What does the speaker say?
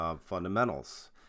fundamentals